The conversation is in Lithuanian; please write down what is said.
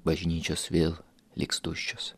bažnyčios vėl liks tuščios